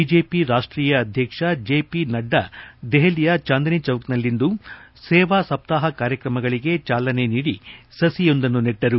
BJP ರಾಷ್ಟೀಯ ಆಧ್ಯಕ್ಷ J P Nadda ದೆಪಲಿಯ ಜಾಂದಾಚೌಕ್ನಲ್ಲಿಂದು ಸೇವಾಸಪ್ತಾಪ ಕಾರ್ಯಕ್ರಮಗಳಿಗೆ ಚಾಲನೆ ನೀಡಿ ಸಸಿಯೊಂದನ್ನು ನೆಟ್ಟರು